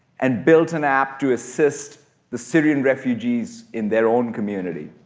and built an app to assist the syrian refugees in their own community.